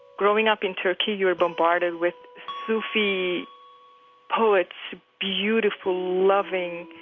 growing up in turkey, you are bombarded with sufi poets, beautiful, loving,